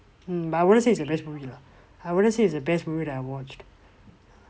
mm but I wouldn't say it's the best movie lah I wouldn't say it's the best movie that I watched